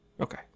Okay